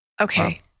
Okay